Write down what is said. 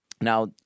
Now